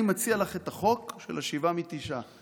אני מציע לך את החוק של שבעה מתשעה.